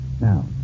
Now